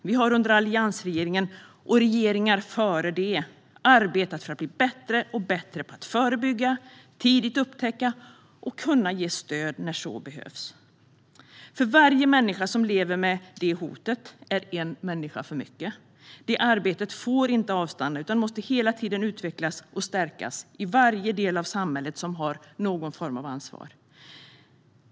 Vi har under alliansregeringen och i regeringar före den arbetat för att bli bättre och bättre på att förebygga, tidigt upptäcka och kunna ge stöd när så behövs. Varje människa som lever med ett sådant hot är en för mycket. Detta arbete får inte avstanna utan måste hela tiden utvecklas och stärkas i varje del av samhället som har någon form av ansvar.